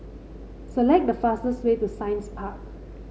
select the fastest way to Science Park